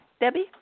Debbie